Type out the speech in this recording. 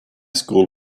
school